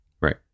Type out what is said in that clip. Right